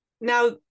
Now